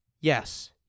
yes